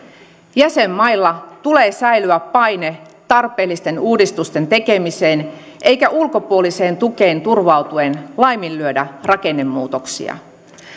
jäsenmailla tulee säilyä paine tarpeellisten uudistusten tekemiseen eikä tule ulkopuoliseen tukeen turvautuen laiminlyödä rakennemuutoksia